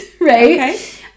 right